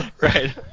Right